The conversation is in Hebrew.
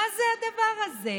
מה זה הדבר הזה?